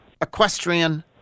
equestrian